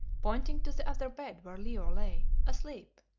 pointing to the other bed where leo lay, asleep,